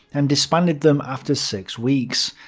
and disbanded them after six weeks.